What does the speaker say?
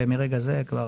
ומרגע זה כבר